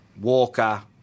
Walker